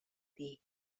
бий